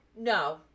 no